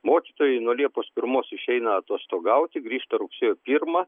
mokytojai nuo liepos pirmos išeina atostogauti grįžta rugsėjo pirmą